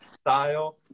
style